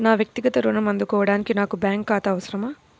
నా వక్తిగత ఋణం అందుకోడానికి నాకు బ్యాంక్ ఖాతా అవసరమా?